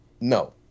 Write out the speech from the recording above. no